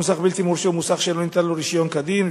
מוסך בלתי מורשה הוא מוסך שלא ניתן לו רשיון כדין,